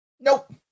nope